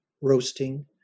roasting